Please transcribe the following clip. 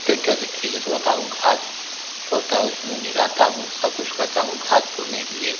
tractor से खेत जोतवाता हूँ घास छोलता हूँ उसमें निराता हूँ सबकुछ करता हूँ घास छोलने के लिए